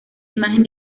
imagen